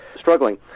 struggling